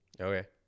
Okay